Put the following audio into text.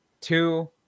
Two